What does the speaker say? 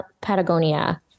Patagonia